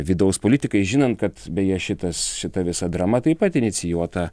vidaus politikai žinant kad beje šitas šita visa drama taip pat inicijuota